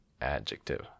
Adjective